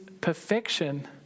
perfection